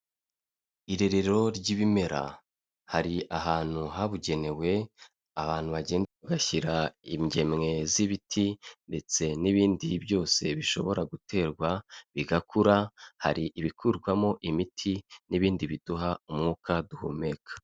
Irerero ry'ibimera hari ahantu habugenewe abantu bagenda bashyira ingemwe z'ibiti ndetse n'ibindi byose bishobora guterwa bigakura, hari ibikurwamo imiti n'ibindi biduha umwuka duhumeka.